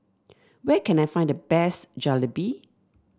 where can I find the best Jalebi